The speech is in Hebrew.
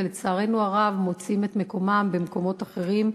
ולצערנו הרב מוצאים את מקומם במקומות אחרים בעולם,